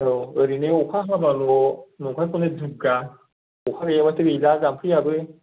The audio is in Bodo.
औ ओरैनो अखा हाबाल' नंखायखौनो दुगा अखा गैयाबाथाय गैला जाम्फैयाबो